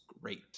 great